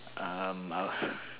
um I was